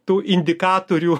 tų indikatorių